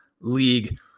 league